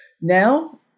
Now